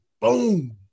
boom